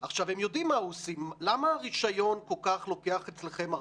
מעבר למה שהוקצה לנו,